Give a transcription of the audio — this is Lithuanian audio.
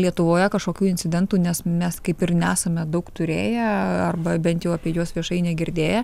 lietuvoje kažkokių incidentų nes mes kaip ir nesame daug turėję arba bent jau apie juos viešai negirdėję